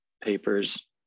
papers